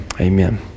amen